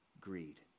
greed